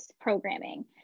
programming